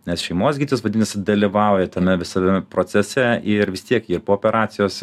nes šeimos gydytojas vadinasi dalyvauja tame visame procese ir vis tiek ir po operacijos